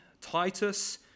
Titus